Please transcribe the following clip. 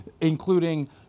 including